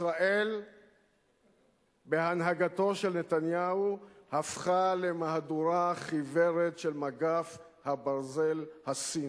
ישראל בהנהגתו של נתניהו הפכה למהדורה חיוורת של מגף הברזל הסיני.